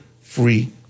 free